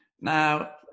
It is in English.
Now